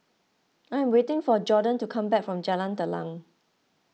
I am waiting for Jorden to come back from Jalan Telang